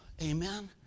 amen